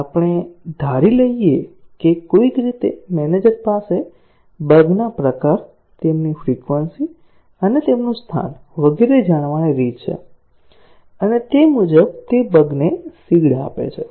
હવે આપણે ધારી લઈએ કે કોઈક રીતે મેનેજર પાસે બગ ના પ્રકાર તેમની ફ્રિકવન્સી અને તેમનું સ્થાન વગેરે જાણવાની રીત છે અને તે મુજબ તે બગને સીડ આપે છે